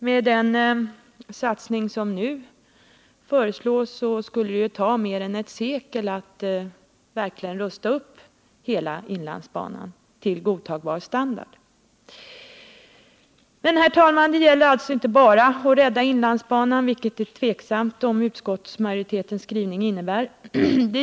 Med den satsning som nu föreslås skulle det ju ta mer än ett sekel att verkligen rusta upp hela inlandsbanan till godtagbar standard. Men, herr talman, det gäller inte bara att rädda inlandsbanan — det är f. ö. tveksamt om utskottsmajoritetens skrivning innebär det.